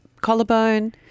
collarbone